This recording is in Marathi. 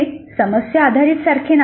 हे समस्या आधारित सारखे नाही